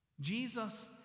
Jesus